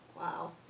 Wow